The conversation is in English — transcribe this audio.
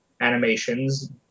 animations